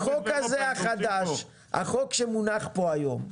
החוק החדש, החוק שמונח כאן היום,